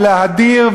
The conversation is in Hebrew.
להדיר,